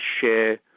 share